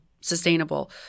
sustainable